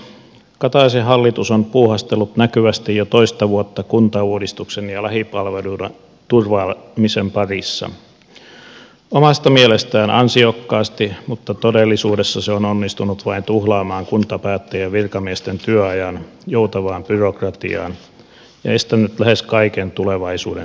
kataisen hallitus on puuhastellut näkyvästi jo toista vuotta kuntauudistuksen ja lähipalveluiden turvaamisen parissa omasta mielestään ansiokkaasti mutta todellisuudessa se on onnistunut vain tuhlaamaan kuntapäättäjien virkamiesten työajan joutavaan byrokratiaan ja estänyt lähes kaiken tulevaisuuden suunnittelun kunnissa